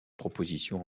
proposition